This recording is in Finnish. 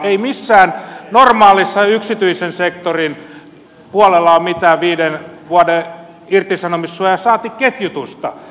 ei missään normaalin yksityisen sektorin puolella ole mitään viiden vuoden irtisanomissuojaa saati ketjutusta